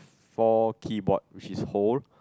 four keyboard which is whole